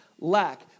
lack